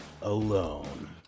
alone